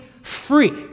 free